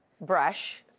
brush